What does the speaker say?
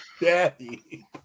Daddy